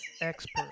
expert